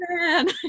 Man